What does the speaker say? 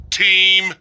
team